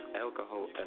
alcohol